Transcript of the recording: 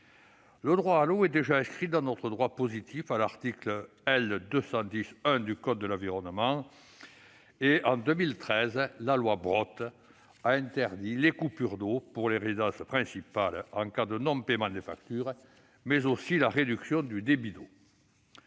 Le droit à l'eau est déjà inscrit dans notre droit positif, à l'article L. 210-1 du code de l'environnement. La loi Brottes, en 2013, a interdit les coupures d'eau pour les résidences principales en cas de non-paiement des factures, ou encore la réduction du débit d'eau.